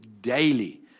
daily